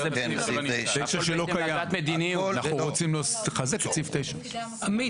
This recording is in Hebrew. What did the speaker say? זה 8. היא צודקת,